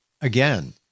again